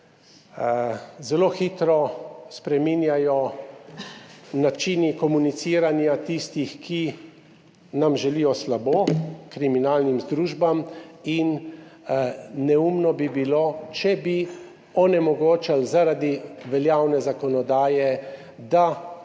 zelo hitro spreminjajo načini komuniciranja tistih, ki nam želijo slabo, kriminalnim združbam, in neumno bi bilo, če bi onemogočili zaradi veljavne zakonodaje, da